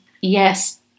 yes